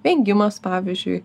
vengimas pavyzdžiui